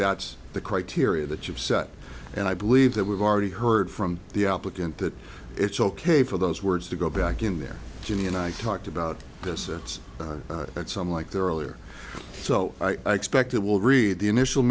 that's the criteria that you've set and i believe that we've already heard from the applicant that it's ok for those words to go back in there ginny and i talked about this it's at some like their earlier so i expect it will read the initial